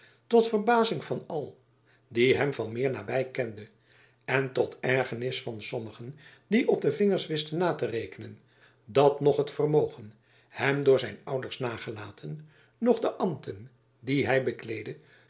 tot verbazing van al die hem van meer naby kende en tot ergernis van sommigen die op de vingers wisten na te rekenen dat noch het vermogen hem door zijn ouders nagelaten noch de ambten die hy bekleedde